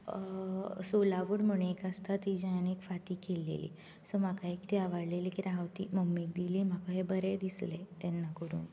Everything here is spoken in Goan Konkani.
सोलावुड म्हण एक आसता तिजी हावें एक फांती केलेली सो म्हाका एक तर ती आवडली कित्याक हांवें ती मम्मीक दिली म्हाकाय बरें दिसलें तेन्ना करून ती